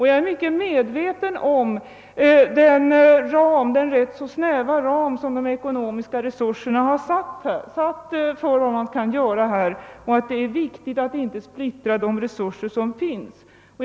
Jag är mycket medveten om den ganska snäva ekonomiska ram som gäller för vad som här kan göras och att det är viktigt att inte de resurser som finns splittras.